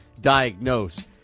diagnose